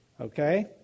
Okay